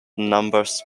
numbers